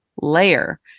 layer